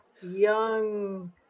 young